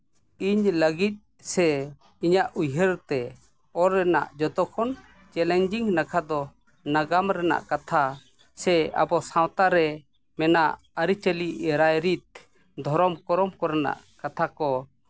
ᱤᱧ ᱞᱟᱹᱜᱤᱫ ᱥᱮ ᱤᱧᱟᱹᱜ ᱩᱭᱦᱟᱹᱨᱛᱮ ᱚᱞ ᱨᱮᱱᱟᱜ ᱡᱚᱛᱚ ᱠᱷᱚᱱ ᱪᱮᱞᱮᱧᱤᱧ ᱱᱟᱠᱷᱟ ᱫᱚ ᱱᱟᱜᱟᱢ ᱨᱮᱱᱟᱜ ᱠᱟᱛᱷᱟ ᱥᱮ ᱟᱵᱚ ᱥᱟᱶᱛᱟ ᱨᱮ ᱢᱮᱱᱟᱜ ᱟᱹᱨᱤᱪᱟᱹᱞᱤ ᱨᱟᱭᱨᱤᱛ ᱫᱷᱚᱨᱚᱢ ᱠᱚᱨᱚᱢ ᱠᱚᱨᱮᱱᱟᱜ ᱠᱟᱛᱷᱟ ᱠᱚ